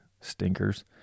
stinkers